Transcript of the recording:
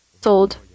sold